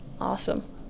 Awesome